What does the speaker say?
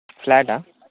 ఫ్లాటా